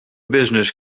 business